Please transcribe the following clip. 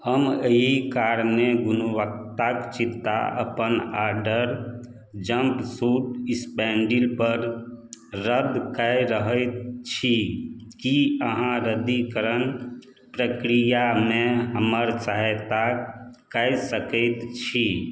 हम एहि कारणेँ गुणवत्ताक चिन्ता अपन ऑर्डर जम्पसूट स्पैनडील पर रद्द कै रहल छी की अहाँ रद्दीकरण प्रक्रियामे हमर सहायता कए सकैत छी